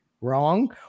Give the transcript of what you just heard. wrong